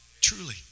Truly